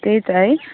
त्यही त है